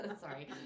Sorry